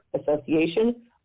Association